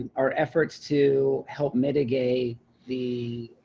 and our efforts to help mitigate the